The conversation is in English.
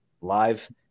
live